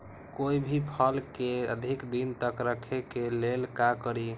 कोई भी फल के अधिक दिन तक रखे के लेल का करी?